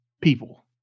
people